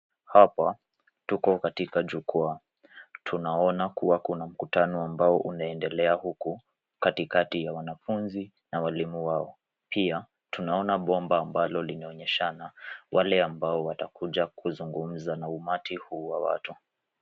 Hapa tuko katika jukwaa. Tunaona kuwa kuna mkutano ambao unaendelea huku, katikati ya wanafunzi na walimu wao. Pia tunaona bomba ambalo linaonyeshana wale ambao watakuja kuzungumza na umati huu wa watoto.